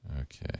Okay